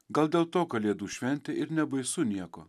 gal dėl to kalėdų šventėj ir nebaisu nieko